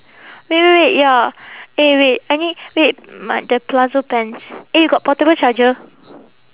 wait wait wait ya eh wait I need wait my the palazzo pants eh you got portable charger